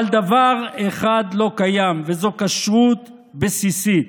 אבל דבר אחד לא קיים, וזה כשרות בסיסית.